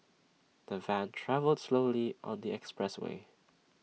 the van travelled slowly on the expressway